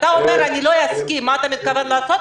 כשאתה אומר "אני לא אסכים", מה אתה מתכוון לעשות?